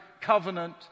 Covenant